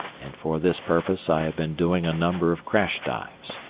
and for this purpose i have been doing a number of crash dives.